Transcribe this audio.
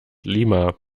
lima